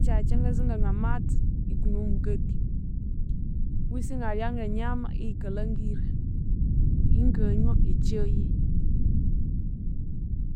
Omwangyakya nganza inganywa amathi ikune omugati kwisi ingalya ngenyama iyikalhangire, inganywa e kyai